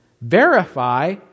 verify